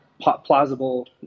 plausible